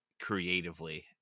creatively